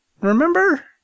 remember